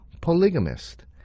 polygamist